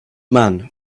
man